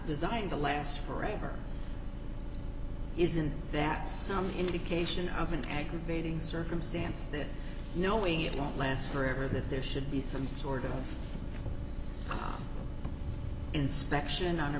designed to last forever isn't that some indication of an aggravating circumstance that knowing it won't last forever that there should be some sort of inspection on a